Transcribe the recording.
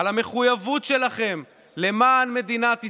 על המחויבות שלכם למען מדינת ישראל.